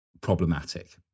problematic